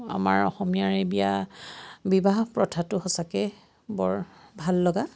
আমাৰ অসমীয়াৰ এই বিয়া বিবাহ প্ৰথাটো সঁচাকৈ বৰ ভাল লগা